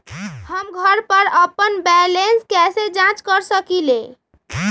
हम घर पर अपन बैलेंस कैसे जाँच कर सकेली?